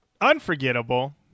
unforgettable